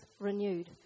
renewed